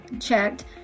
checked